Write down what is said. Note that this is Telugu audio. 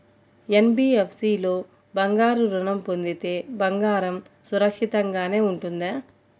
ఎన్.బీ.ఎఫ్.సి లో బంగారు ఋణం పొందితే బంగారం సురక్షితంగానే ఉంటుందా?